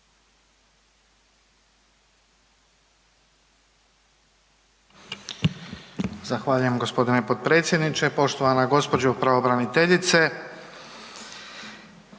Zahvaljujem gospodine potpredsjedniče. Poštovana gospođo pravobraniteljice.